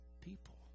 people